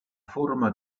forma